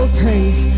praise